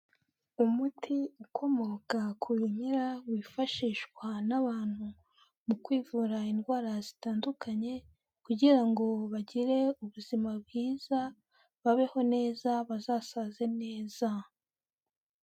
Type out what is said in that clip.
Umuti ukomoka ku bimera wifashishwa n'abantu mu kwivura indwara zitandukanye kugira ngo bagire ubuzima bwiza babeho neza bazasaze neza.